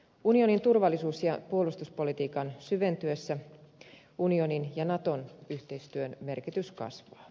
unionin turvallisuus ja puolustuspolitiikan syventyessä unionin ja naton yhteistyön merkitys kasvaa